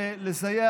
ולסייע,